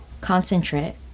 Concentrate